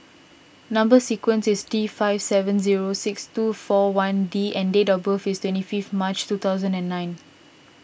Number Sequence is T five seven zero six two four one D and date of birth is twenty fifth March two thousand and nine